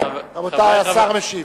השר משיב.